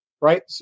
right